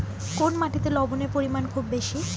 কোন মাটিতে লবণের পরিমাণ খুব বেশি?